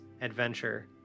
adventure